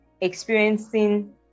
experiencing